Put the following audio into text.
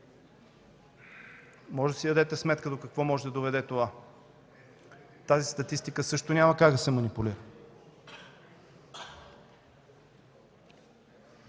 Можете да си дадете сметка до какво може да доведе това. Тази статистика също няма как да се манипулира.